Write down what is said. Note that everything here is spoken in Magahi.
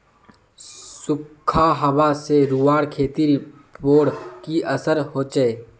सुखखा हाबा से रूआँर खेतीर पोर की असर होचए?